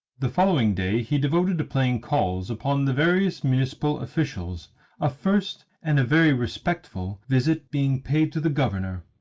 the following day he devoted to paying calls upon the various municipal officials a first, and a very respectful, visit being paid to the governor.